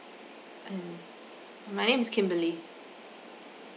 mm my name is kimberly